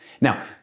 Now